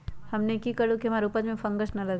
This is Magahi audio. हमनी की करू की हमार उपज में फंगस ना लगे?